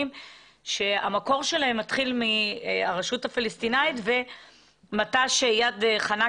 שהמקור שלהם מתחיל מהרשות הפלסטינאית ומט"ש יד חנה,